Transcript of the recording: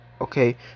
Okay